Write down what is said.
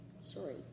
Sorry